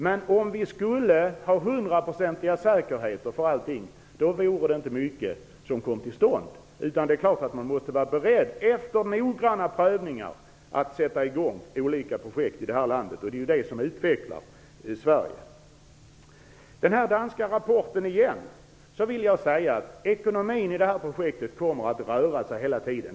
Men om vi skulle ha hundraprocentig säkerhet för allting, så vore det inte mycket som kom till stånd. Det är klart att man måste vara beredd att efter noggranna prövningar sätta i gång olika projekt i detta land. Det är ju det som utvecklar Sverige. Återigen till den danska rapporten. Ekonomin i projektet kommer att röra sig hela tiden.